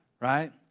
right